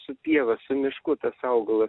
su pieva su mišku tas augalas